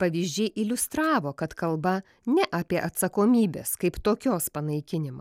pavyzdžiai iliustravo kad kalba ne apie atsakomybės kaip tokios panaikinimą